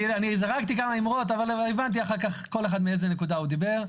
אני זרקתי כמה אמירות אבל הבנתי אחר כך מאיזה נקודה כל אחד דיבר.